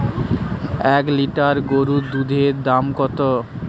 এক লিটার গোরুর দুধের দাম কত?